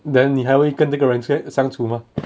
then 你还会跟那个人相处吗